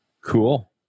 Cool